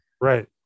Right